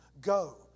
go